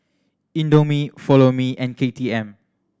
Indomie Follow Me and K T M